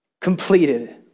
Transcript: completed